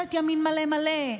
לממשלת ימין מלא מלא?